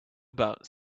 about